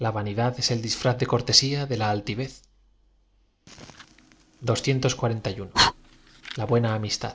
a vanidad es el diatraz de cortesia de la a ltivez a buena amistad